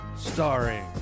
Starring